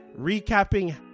recapping